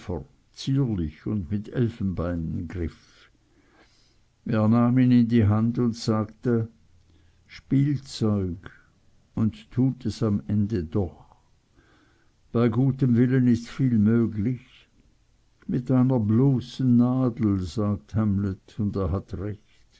zierlich und mit elfenbeingriff er nahm ihn in die hand und sagte spielzeug und tut es am ende doch bei gutem willen ist viel möglich mit einer bloßen nadel sagt hamlet und er hat recht